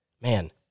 Man